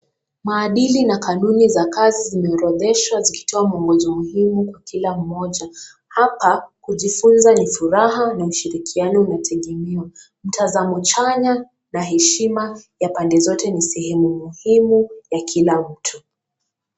Maadili na kanuni za kazi zimeorodheshwa zikitoa mwongozo muhimu kwa kila mmoja. Hapa, kujifunza ni furaha na ushirikiano na tegemeo. Mtazamo chanya na heshima ya pande zote ni sehemu muhimu ya kila mtu.